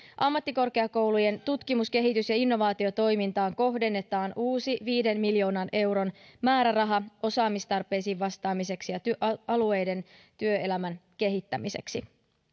ammattikorkeakoulujen tutkimus kehitys ja innovaatiotoimintaan kohdennetaan uusi viiden miljoonan euron määräraha osaamistarpeisiin vastaamiseksi ja alueiden työelämän kehittämiseksi